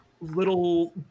little